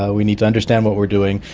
ah we need to understand what we're doing,